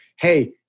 Hey